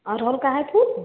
गुड़हल का है फूल